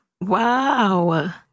Wow